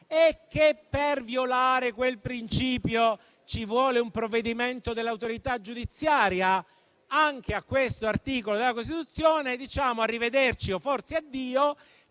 E che per violare quel principio ci vuole un provvedimento dell'autorità giudiziaria? Anche a questo articolo della Costituzione diciamo arrivederci, o forse addio,